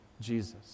jesus